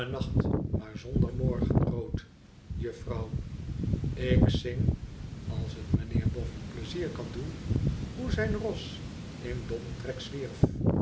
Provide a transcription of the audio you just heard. maar zonder morgenrood juffrouw k zing als het meneer bofhn pleizier kan doen hoe zijn ros in d omtrek zwierf